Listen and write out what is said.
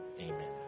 Amen